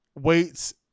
weights